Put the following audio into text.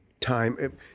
time